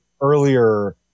earlier